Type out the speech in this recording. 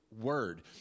word